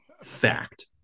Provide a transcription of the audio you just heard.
Fact